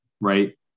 right